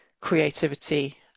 creativity